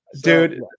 Dude